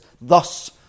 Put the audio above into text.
Thus